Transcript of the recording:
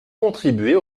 contribuer